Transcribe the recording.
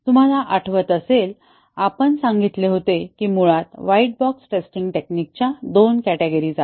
तुम्हाला आठवत असेल आपण सांगितले होते की मुळात व्हाईट बॉक्स टेस्टिंग टेक्निकच्या दोन कॅटेगोरीस आहेत